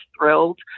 thrilled